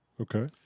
Okay